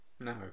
no